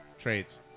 Trades